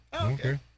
Okay